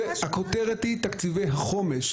הכותרת היא "תקציבי החומש",